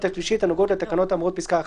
השלישית הנוגעות לתקנות האמורות בפסקה (1).